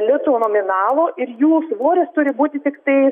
litų nominalo ir jų svoris turi būti tiktai